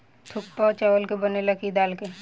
थुक्पा चावल के बनेला की दाल के?